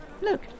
Look